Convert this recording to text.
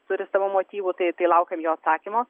turi savo motyvų tai tai laukiam jo atsakymo